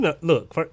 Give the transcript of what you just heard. Look